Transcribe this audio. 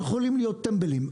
אנחנו יכולים להיות טמבלים,